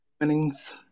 winnings